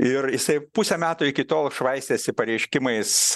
ir jisai pusę metų iki tol švaistėsi pareiškimais